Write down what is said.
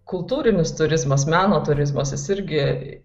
kultūrinis turizmas meno turizmas jis irgi